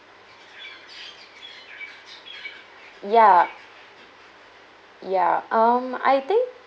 ya ya um I think